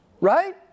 Right